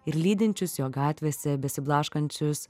ir lydinčius jo gatvėse besiblaškančius